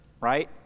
Right